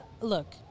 Look